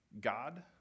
God